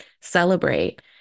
celebrate